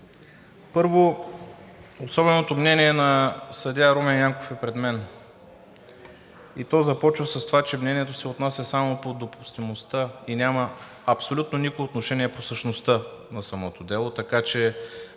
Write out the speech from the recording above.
първо, особеното мнение на съдия Румен Янков е пред мен и то започва с това, че мнението се отнася само по допустимостта и няма абсолютно никакво отношение по същността на самото дело, така че